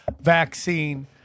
vaccine